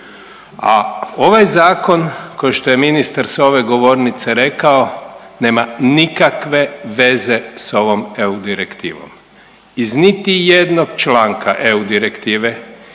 A ovaj Zakon kao što je ministar sa ove govornice rekao nema nikakve veze sa ovom EU direktivom. Iz niti jednog članka EU direktive,